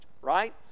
right